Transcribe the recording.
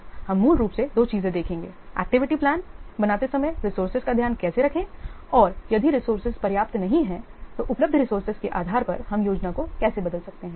इसलिए हम यहां मूल रूप से दो चीजें देखेंगे एक्टिविटी प्लान बनाते समय रिसोर्सेज का ध्यान कैसे रखें और यदि रिसोर्सेज पर्याप्त नहीं हैं उपलब्ध रिसोर्सेज के आधार पर हम योजना को कैसे बदल सकते हैं